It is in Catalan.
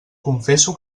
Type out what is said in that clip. confesso